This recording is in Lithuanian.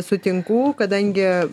sutinku kadangi